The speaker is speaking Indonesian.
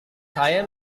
saya